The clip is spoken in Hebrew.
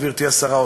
גברתי השרה,